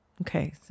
Okay